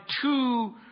two